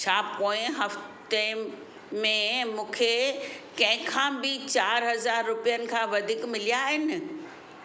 छा पोएं हफ़्ते में मूंखे कंहिं खां बि चारि हज़ार रुपियनि खां वधीक मिलिया आहिनि